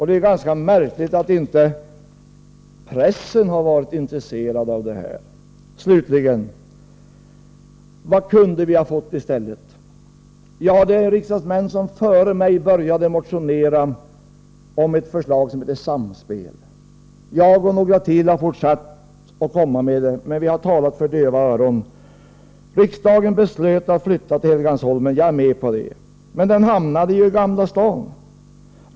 Det är ganska märkligt att pressen inte har varit intresserad av det här. Slutligen: Vad kunde vi ha fått i stället? Några riksdagsmän före mig började motionera om ett förslag som heter Samspel. Jag och några till har fortsatt att arbeta med detta, men vi har talat för döva öron. Riksdagen beslutade att flytta till Helgeandsholmen. Jag är med på det. Men den hamnade i Gamla Stan.